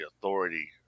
authority